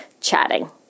chatting